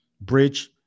Bridge